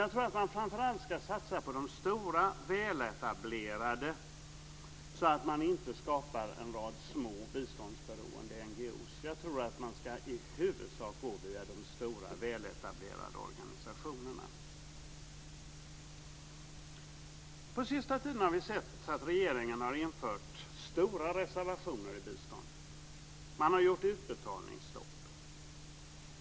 Jag tror att man framför allt ska satsa på de stora och väletablerade organisationerna, så att man inte skapar en rad små biståndsberoende NGO:er. Jag tror att man i huvudsak ska gå via de stora väletablerade organisationerna. Under den senaste tiden har vi sett att regeringen har infört stora reservationer i biståndet. Man har gjort utbetalningsstopp.